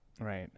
Right